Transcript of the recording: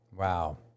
wow